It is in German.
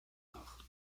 nach